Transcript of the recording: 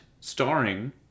starring